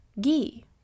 ghee